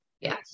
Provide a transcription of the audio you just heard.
yes